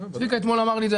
צביקה אתמול אמר לי את זה,